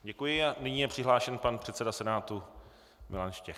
Děkuji a nyní je přihlášen pan předseda Senátu Milan Štěch.